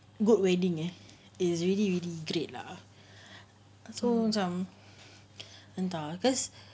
good wedding ah is really really great lah so macam entah just